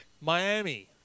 Miami